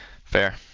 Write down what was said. fair